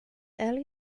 early